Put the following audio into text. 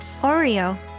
Oreo